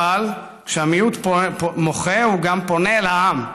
אבל כשהמיעוט מוחה גם הוא פונה אל העם,